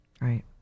Right